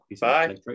Bye